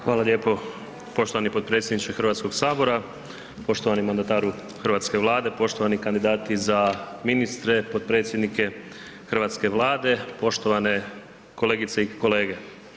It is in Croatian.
Hvala lijepo poštovani potpredsjedniče Hrvatskog sabora, poštovani mandataru hrvatske Vlade, poštovani kandidati za ministre, potpredsjednike hrvatske Vlade, poštovane kolegice i kolege.